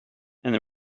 they